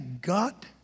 God